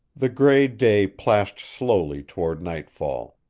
the gray day plashed slowly toward nightfall.